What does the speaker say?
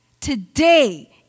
today